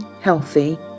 healthy